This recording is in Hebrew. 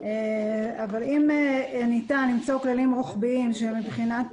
אם ניתן למצוא כללים רוחביים שמבחינת